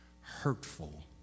hurtful